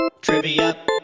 Trivia